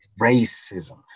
racism